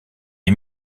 est